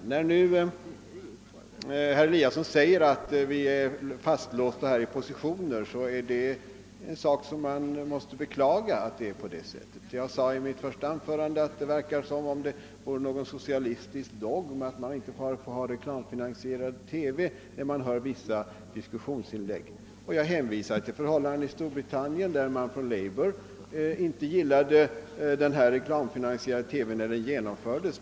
Med anledning av att herr Eliasson säger att vi här är fastlåsta i positioner vill jag säga att det är en sak som man måste beklaga. Jag sade i mitt första anförande, att det verkar när man hör vissa diskussionsinlägg som om det vore någon socialistisk dogm, att man inte får ha en reklamfinansierad TV. Får jag hänvisa till förhållandena i Storbritannien, där man från labour inte gillade den reklamfinansierade televisionen, när den genomfördes?